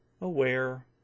aware